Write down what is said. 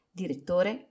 direttore